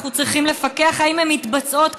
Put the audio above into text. אנחנו צריכים לפקח אם הן מתבצעות כראוי,